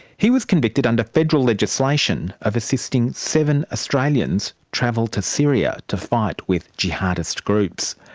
he was convicted under federal legislation of assisting seven australians travel to syria to fight with jihadist groups.